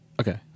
Okay